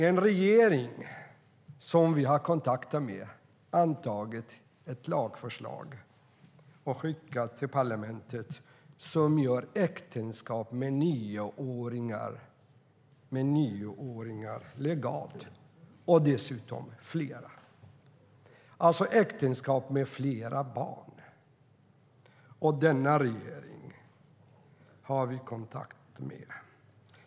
En regering som vi har kontakter med har alltså antagit ett lagförslag och skickat det till parlamentet - ett förslag som gör äktenskap med nioåringar legalt, och dessutom med flera. Det är alltså äktenskap med flera barn. Denna regering har vi kontakt med.